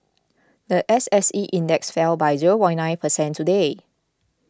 the S S E index fell by zero nine percent today